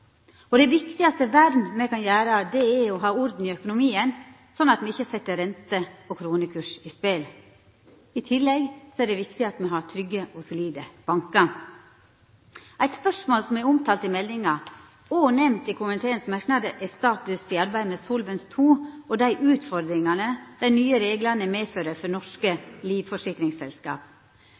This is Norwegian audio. usårbare. Det viktigaste vernet me kan ha, er å ha orden i økonomien, slik at me ikkje set rente og kronekurs i spel. I tillegg er det viktig at me har trygge og solide bankar. Eit spørsmål som er omtalt i meldinga og nemnt i komiteens merknader, er status i arbeidet med Solvens II og dei utfordringane dei nye reglane medfører for norske